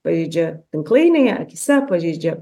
pažeidžia tinklainėje akyse pažeidžia